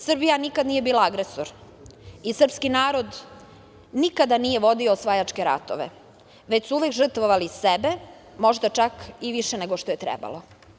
Srbija nikada nije bila agresor i srpski narod nikada nije vodio osvajačke ratove, već su uvek žrtvovali sebe, možda čak i više nego što je trebalo.